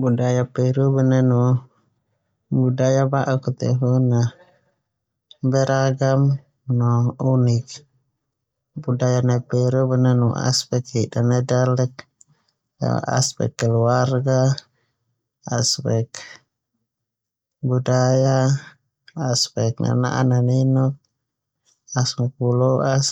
Budaya Peru boe nanu budaya ba'uk a tehu na beragam no unik. Budaya nai peru ia boe nanu aspke hida nai dalek aspek keluarga, aspek budaya, aspke nana'a nininuk, aspek bualoas